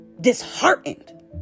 disheartened